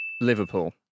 Liverpool